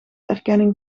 erkenning